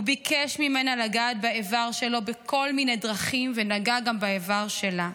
הוא ביקש ממנה לגעת באיבר שלו בכל מיני דרכים ונגע גם באיבר שלה.